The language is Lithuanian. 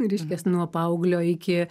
reiškias nuo paauglio iki